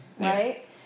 right